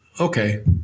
okay